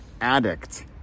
addict